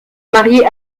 marier